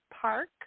park